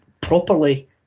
properly